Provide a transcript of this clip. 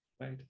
right